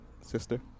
sister